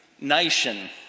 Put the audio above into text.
nation